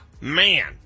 Man